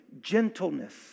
gentleness